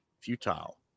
futile